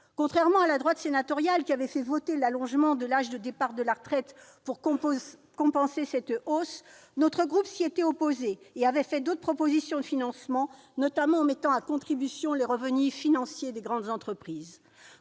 pour 2019 ! La droite sénatoriale avait fait voter le recul de l'âge de départ à la retraite pour compenser cette hausse. Notre groupe, lui, s'y était opposé. Il avait fait d'autres propositions de financement, notamment en mettant à contribution les revenus financiers des grandes entreprises.